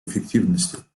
эффективности